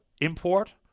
import